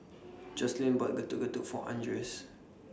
Jocelyn bought Getuk Getuk For Andres